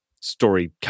story